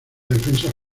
defensas